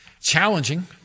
challenging